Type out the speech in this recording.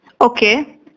okay